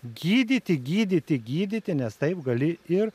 gydyti gydyti gydyti nes taip gali ir